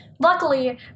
Luckily